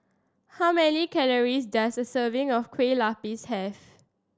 how many calories does a serving of Kueh Lupis have